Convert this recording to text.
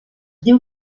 diu